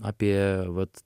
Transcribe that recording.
apie vat